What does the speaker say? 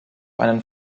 einen